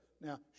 Now